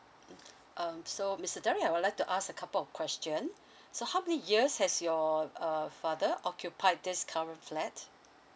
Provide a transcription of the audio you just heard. mmhmm um so mister derrick I would like to ask a couple of question so how many years has your uh father occupied this current flat